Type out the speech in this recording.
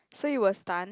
so you were stun